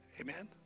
Amen